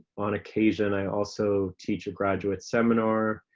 on occasion, i also teach a graduate seminar.